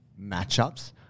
matchups